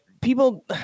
people